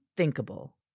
Thinkable